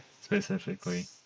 specifically